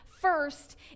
first